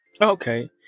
Okay